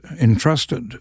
entrusted